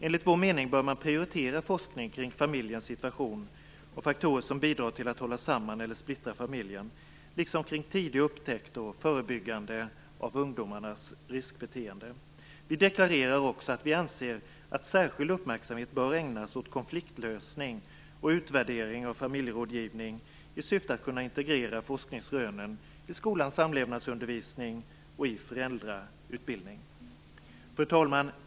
Enligt vår mening bör man prioritera forskning kring familjens situation och faktorer som bidrar till att hålla samman eller splittra familjen, liksom kring tidig upptäckt och förebyggande av ungdomars riskbeteende. Vi deklarerar också att vi anser att särskild uppmärksamhet bör ägnas åt konfliktlösning och utvärdering av familjerådgivning i syfte att kunna integrera forskningsrönen i skolans samlevnadsundervisning och i föräldrautbildning. Fru talman!